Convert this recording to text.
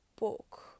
Book